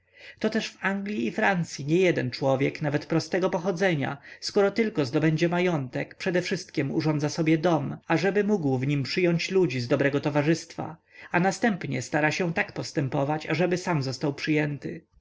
to też w anglii i francyi niejeden człowiek nawet prostego pochodzenia skoro tylko zdobędzie majątek przedewszystkiem urządza sobie dom aby mógł w nim przyjąć ludzi z dobrego towarzystwa a następnie stara się tak postępować ażeby sam został przyjęty